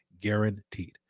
guaranteed